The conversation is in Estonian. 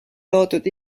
loodud